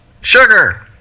sugar